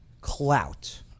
clout